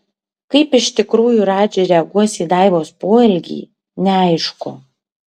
kaip iš tikrųjų radži reaguos į daivos poelgį neaišku